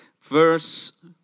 verse